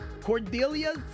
Cordelia